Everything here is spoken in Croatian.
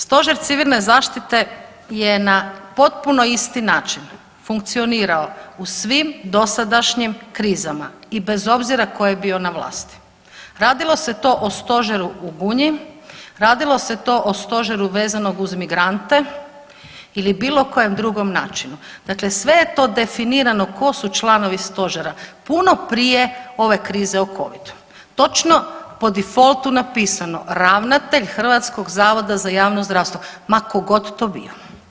Stožer civilne zaštite je na potpuno isti način funkcionirao u svim dosadašnjim krizama i bez obzir ko je bio na vlasti, radilo se to o stožeru u Gunji, radilo se to o stožeru vezanog uz migrante ili bilo kojem drugom načinu, dakle sve je to definirano ko su članovi stožera puno prije ove krize o covidu, točno po difoltu napisano ravnatelj HZJZ, ma ko god to bio.